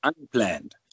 unplanned